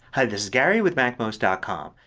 hi, this is gary with macmost ah com.